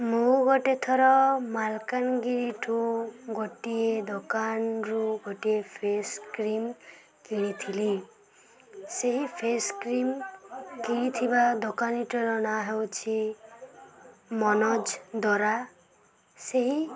ମୁଁ ଗୋଟେ ଥର ମାଲକାନଗିରି ଠୁ ଗୋଟିଏ ଦୋକାନରୁ ଗୋଟିଏ ଫେସ୍ କ୍ରିମ୍ କିଣିଥିଲି ସେହି ଫେସ୍ କ୍ରିମ୍ କିଣିଥିବା ଦୋକାନୀଟିର ନାଁ ହେଉଛି ମନୋଜ୍ ଦରା ସେହି